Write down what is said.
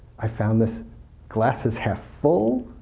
i found this glass is half full,